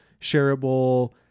shareable